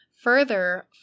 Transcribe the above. Further